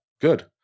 good